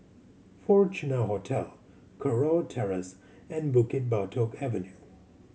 Fortuna Hotel Kurau Terrace and Bukit Batok Avenue